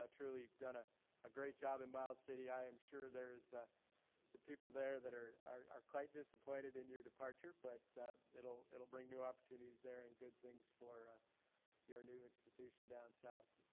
ah truly, you've done a ah great job in miles city. i am sure there's some people there that are are quite disappointed in your departure, but it'll it'll bring new opportunities there and good things for your new institution down south.